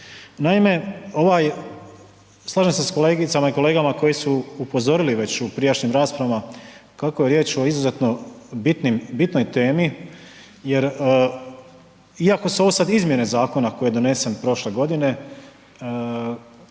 Naime, slažem se sa kolegicama i kolegama koji su upozorili već u prijašnjim raspravama kako je riječ o izuzetno bitnim, bitnoj temi jer iako su ovo sada izmjene zakona koji je donesen prošle godine,